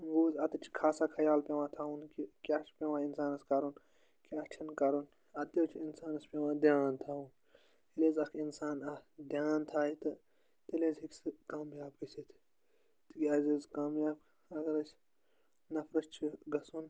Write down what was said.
وۄنۍ حظ اَتیٚتھ چھُ خاص خیال پیٚوان تھاوُن کہِ کیٛاہ چھُ پیٚوان اِنسانَس کَرُن کیٛاہ چھِنہٕ کَرُن اَتھیٚتھ تہِ حظ چھُ اِنسانَس پیٚوان دھیٛان تھاوُن ییٚلہِ حظ اَکھ اِنسان اَکھ دھیٛان تھایہِ تہٕ تیٚلہِ حظ ہیٚکہِ سُہ کامیاب گٔژھِتھ تِکیٛازِ حظ کامیاب اگر اسہِ نفرَس چھُ گژھُن